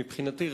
מבחינתי,